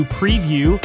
preview